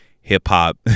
hip-hop